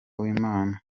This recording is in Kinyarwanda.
w’imana